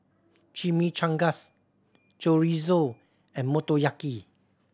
Chimichangas Chorizo and Motoyaki